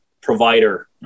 provider